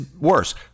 worse